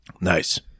Nice